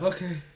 Okay